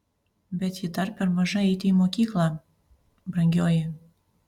bet ji dar per maža eiti į mokyklą brangioji